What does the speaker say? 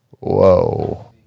Whoa